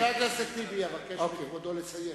אבקש מכבודו לסיים.